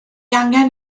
angen